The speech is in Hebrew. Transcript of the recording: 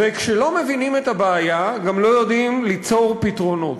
וכשלא מבינים את הבעיה גם לא יודעים ליצור פתרונות.